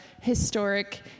historic